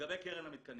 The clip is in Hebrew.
לגבי קרן המתקנים.